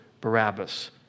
Barabbas